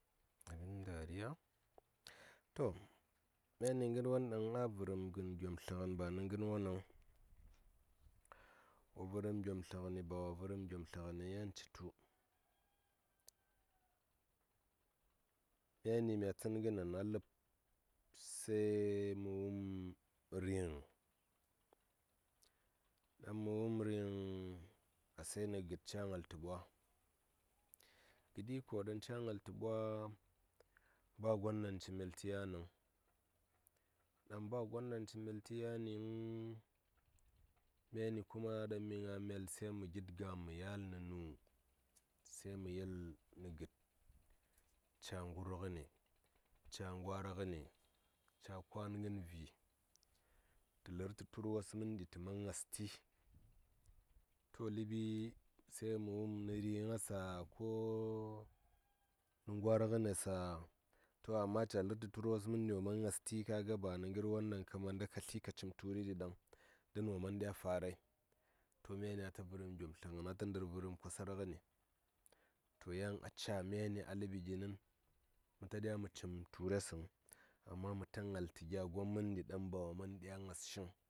To myani ngər won ɗaŋ a vərəm gyomtləgəni ba nə ngən wo nəŋ wo vərəm gyomtləgəniba wo vərəm gyomtləgəniŋ yan citu myani mya tsən ngənen a ləb se mə wum riŋ ɗaŋ mə wum riŋ a se nə gəd ca ngal tə ɓwa gəɗi kwa ɗaŋ ca ngal tə ɓwa ba gon ɗaŋ ci myel tə yaniŋ ɗaŋ ba gon ɗaŋ ci myel tə yaniŋ myani kuma ɗaŋ mi nga myel se mə gid gam mə yal nənu? se mə yel nə gəd ca ngur ngəni ca ngwar ngəni ca kwan ngən vi tə lər tə tur wos məndi tə man ngasti ləɓi se wum nə ri nyesa ko nə ngwar ngə nesa to ka ga ca lər tə turwos məndi wo man ngasti ka ga ba ka manda ka lər turi ɗi ɗaŋ don wo man ɗya farai to myani ata vərəm gyomtlə ngəni ata ndər vərəm kwasar ngəni to yan aca myani a ləɓi ginin məta ɗya mə cim ture səŋ amma mə ta ngal tə gya gon məndi ɗaŋ ba wo ɗya ngas shiŋ.